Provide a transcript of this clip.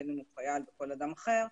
בין אם הוא חייל וכל אדם אחר,